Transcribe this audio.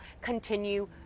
continue